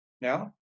Now